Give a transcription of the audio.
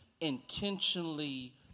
intentionally